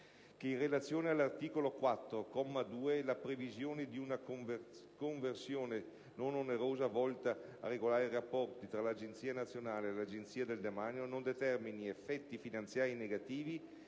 che, in relazione all'articolo 4, comma 2, la previsione di una convenzione non onerosa volta a regolare i rapporti tra l'Agenzia nazionale e l'Agenzia del demanio non determini effetti finanziari negativi